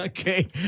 Okay